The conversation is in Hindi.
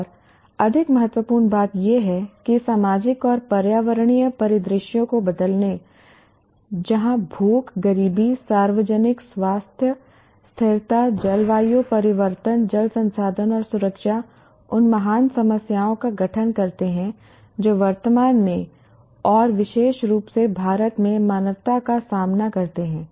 और अधिक महत्वपूर्ण बात यह है कि सामाजिक और पर्यावरणीय परिदृश्यों को बदलना जहां भूख गरीबी सार्वजनिक स्वास्थ्य स्थिरता जलवायु परिवर्तन जल संसाधन और सुरक्षा उन महान समस्याओं का गठन करते हैं जो वर्तमान में और विशेष रूप से भारत में मानवता का सामना करते हैं